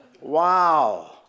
Wow